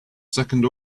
second